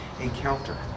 encounter